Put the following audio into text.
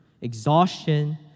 exhaustion